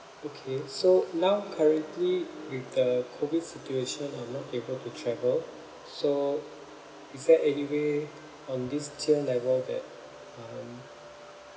okay so now currently with the COVID situation I'm not able to travel so is there anyway on this tier level that um